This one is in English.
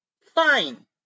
fine